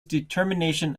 determination